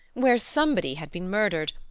where somebody had been murdered,